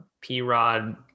P-Rod